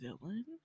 villain